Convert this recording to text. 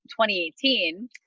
2018